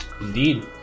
Indeed